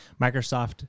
Microsoft